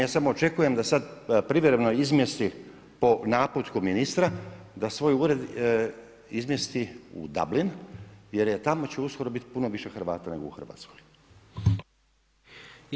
Ja samo očekujem da sada privremeno izmjesti po naputku ministra, da svoj ured izmjesti u Dublin, jer tamo će uskoro biti puno više Hrvata nego u Hrvatskoj.